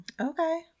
okay